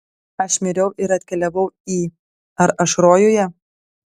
aš miriau ir atkeliavau į ar aš rojuje